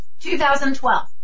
2012